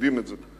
יודעים את זה.